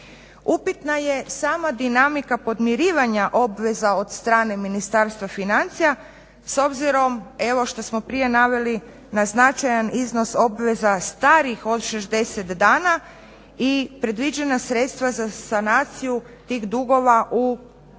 upitna je sama dinamika podmirivanja obveza od strane Ministarstva financija s obzirom evo što smo prije naveli na značajan iznos obveza starih od 60 dana i previđena sredstva za sanaciju tih dugova u